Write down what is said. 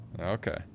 Okay